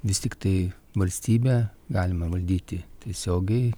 vis tiktai valstybę galima valdyti tiesiogiai